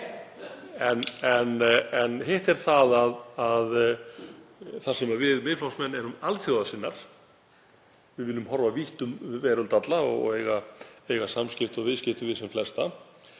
í.) Hitt er það að við Miðflokksmenn erum alþjóðasinnar, við viljum horfa vítt um veröld alla og eiga samskipti og viðskipti við sem flesta.